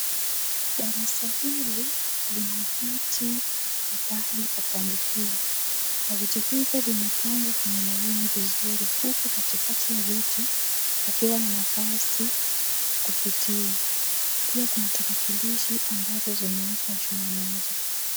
Darasa hili lina viti na pahali pa kuandikia na viti hivyo vimepangwa kwenye laini vizuri huku katikati ya viti kukiwa na nafasi ya kupitia. Pia kuna tarakilishi ambazo zimeekwa juu ya meza.